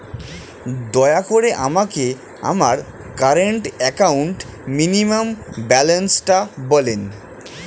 দয়া করে আমাকে আমার কারেন্ট অ্যাকাউন্ট মিনিমাম ব্যালান্সটা বলেন